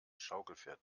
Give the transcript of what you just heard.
schaukelpferd